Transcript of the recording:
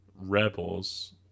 Rebels